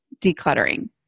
decluttering